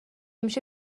میشه